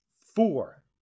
four